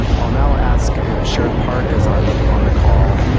i'll now ask if sheriff hart is on on the call.